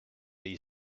they